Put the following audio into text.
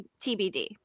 TBD